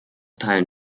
teilen